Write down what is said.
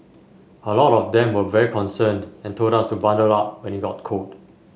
a lot of them were very concerned and told us to bundle up when it got cold